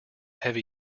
heavy